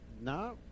No